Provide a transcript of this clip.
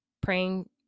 praying